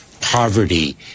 poverty